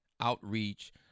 outreach